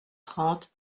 trente